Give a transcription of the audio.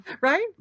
right